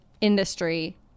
industry